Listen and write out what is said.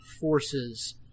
forces